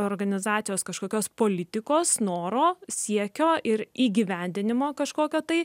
organizacijos kažkokios politikos noro siekio ir įgyvendinimo kažkokio tai